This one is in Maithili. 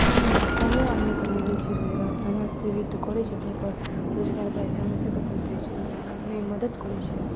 कम कमे आदमीके मिलै छै रोजगार समाज से भी तऽ करै छथिन पर रोजगार बाइचान्से ककरो दै छै नहि मदद करै छै